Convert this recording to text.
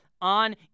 on